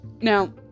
now